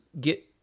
get